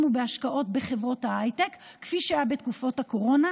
ובהשקעות בחברות ההייטק כפי שהיה בתקופות הקורונה,